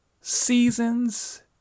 seasons